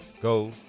go